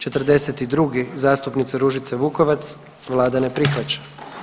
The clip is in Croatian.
42. zastupnice Ružice Vukovac, Vlada ne prihvaća.